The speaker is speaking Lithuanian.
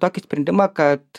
tokį sprendimą kad